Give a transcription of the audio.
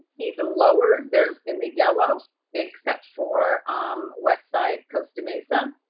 even lower, they're in the yellow except for um westside costa mesa,